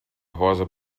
rosa